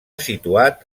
situat